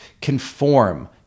conform